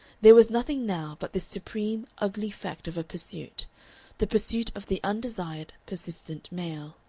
there was nothing now but this supreme, ugly fact of a pursuit the pursuit of the undesired, persistent male.